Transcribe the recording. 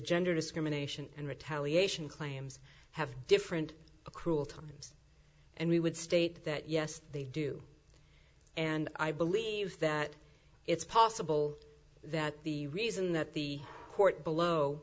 gender discrimination and retaliation claims have different accrual times and we would state that yes they do and i believe that it's possible that the reason that the court